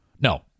No